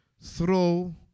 throw